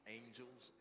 angels